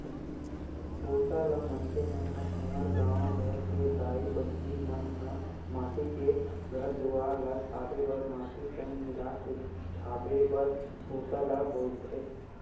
भूसा ल मनखे मन ह हमर गाँव घर के दाई बहिनी मन ह माटी के घर दुवार ल छाबे बर माटी संग मिलाके छाबे बर भूसा ल बउरथे